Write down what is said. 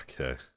Okay